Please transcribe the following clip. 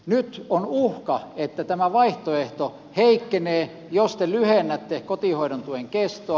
nyt on uhkana että tämä vaihtoehto heikkenee jos te lyhennätte kotihoidon tuen kestoa